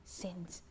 sins